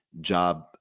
job